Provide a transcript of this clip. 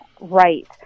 right